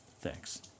thanks